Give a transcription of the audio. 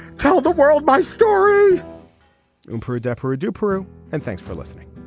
tell the world my story in peru desperate to peru. and thanks for listening